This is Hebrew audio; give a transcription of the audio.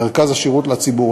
מרכז השירות לציבור.